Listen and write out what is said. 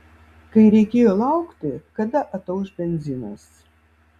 kai reikėjo laukti kada atauš benzinas